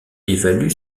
évalue